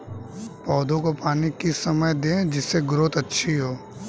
पौधे को पानी किस समय दें जिससे ग्रोथ अच्छी हो?